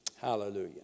Hallelujah